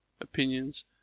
opinions